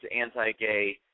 anti-gay